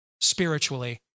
spiritually